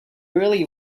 really